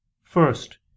First